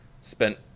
Spent